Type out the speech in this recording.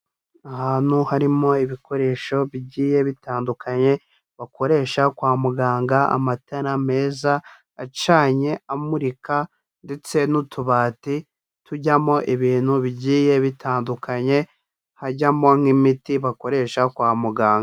Ahantu harimo ibikoresho bigiye bitandukanye bakoresha kwa muganga, amatara meza acanye amurika ndetse n'utubati tujyamo ibintu bigiye bitandukanye, hajyamo nk'imiti bakoresha kwa muganga.